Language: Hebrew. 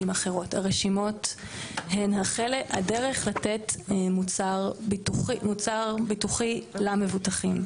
הרשימות הן הדרך לתת מוצר ביטוחי למבוטחים.